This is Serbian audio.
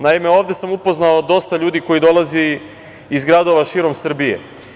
Naime, ovde sam upoznao dosta ljudi koji dolaze iz gradova širom Srbije.